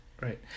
Right